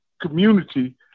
community